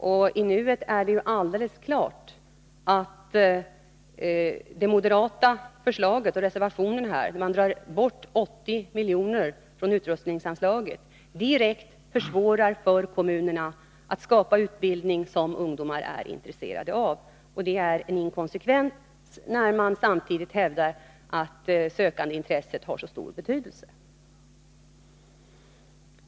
I nuet är det helt klart att det moderata förslaget och reservationen, där man drar bort 80 miljoner från utrustningsanslaget, direkt försvårar för kommunerna att skapa utbildning som ungdomar är intresserade av. Det är en inkonsekvens, när man samtidigt hävdar att sökandeintresset har så stor betydelse.